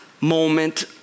Moment